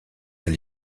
elle